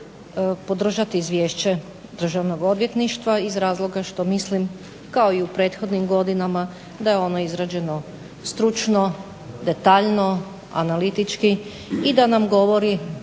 podržati izvješće Državnog odvjetništva iz razloga što mislim, kao i u prethodnim godinama, da je ono izrađeno stručno, detaljno, analitički i da nam govori